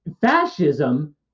fascism